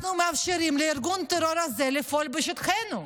אנחנו מאפשרים לארגון הטרור הזה לפעול בשטחנו.